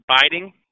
biting